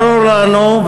ברור לנו,